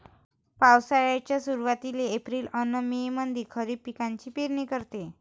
पावसाळ्याच्या सुरुवातीले एप्रिल अन मे मंधी खरीप पिकाची पेरनी करते